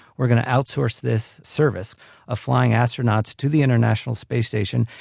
we're going to outsource this service of flying astronauts to the international space station.